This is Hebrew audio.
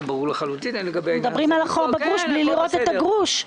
זה ברור לחלוטין --- אנחנו מדברים על החור שבגרוש בלי לראות את הגרוש.